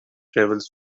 travels